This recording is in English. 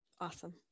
Awesome